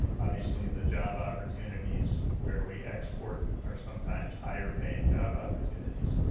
obviously the job opportunities where we export are sometimes higher-paying job opportunities.